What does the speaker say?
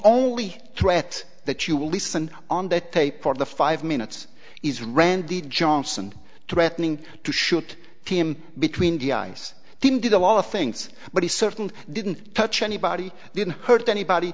only threat that you will listen on that tape for the five minutes is randy johnson threatening to shoot him between the eyes didn't did a lot of things but he certainly didn't touch anybody didn't hurt anybody